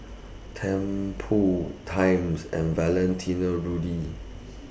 Tempur Times and Valentino Rudy